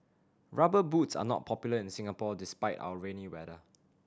Rubber Boots are not popular in Singapore despite our rainy weather